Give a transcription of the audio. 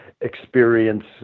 experience